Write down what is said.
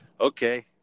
okay